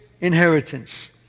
inheritance